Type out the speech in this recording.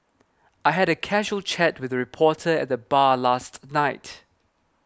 I had a casual chat with a reporter at the bar last night